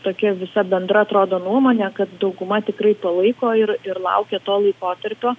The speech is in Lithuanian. tokia visa bendra atrodo nuomonė kad dauguma tikrai palaiko ir ir laukia to laikotarpio